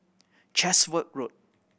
Chatsworth Road